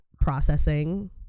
processing